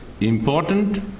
important